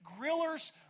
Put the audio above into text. grillers